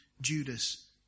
Judas